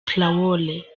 traore